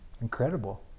Incredible